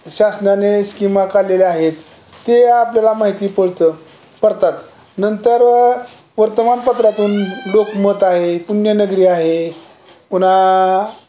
शासनाने स्कीमा काढलेल्या आहेत ते आपल्याला माहिती पडतं पडतात नंतर वर्तमानपत्रातून लोकमत आहे पुण्यनगरी आहे पुन्हा